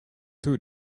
two